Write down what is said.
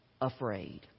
afraid